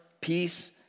peace